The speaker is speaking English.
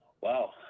Wow